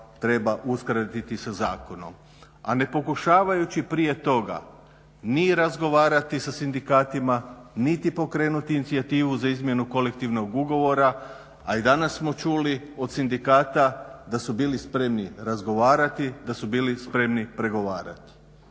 treba uskladiti sa zakonom, a ne pokušavajući prije toga ni razgovarati sa sindikatima, niti pokrenuti inicijativu za izmjenu kolektivnog ugovora, a i danas smo čuli od sindikata da su bili spremni razgovarati, da su bili spremni pregovarati.